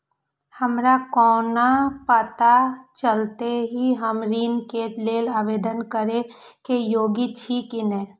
हमरा कोना पताा चलते कि हम ऋण के लेल आवेदन करे के योग्य छी की ने?